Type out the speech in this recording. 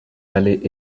allaient